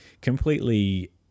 completely